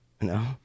No